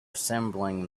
assembling